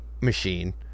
machine